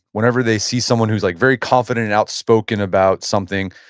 whenever they see someone who's like very confident and outspoken about something,